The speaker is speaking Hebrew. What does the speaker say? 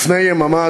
לפני יממה,